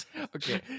Okay